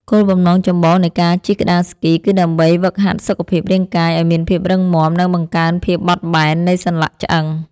គោលបំណងចម្បងនៃការជិះក្ដារស្គី គឺដើម្បីហ្វឹកហាត់សុខភាពរាងកាយឱ្យមានភាពរឹងមាំ និងបង្កើនភាពបត់បែននៃសន្លាក់ឆ្អឹង។